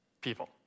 people